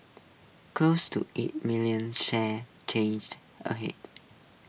close to eight million shares changed A Head